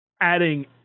adding